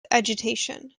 agitation